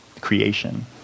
creation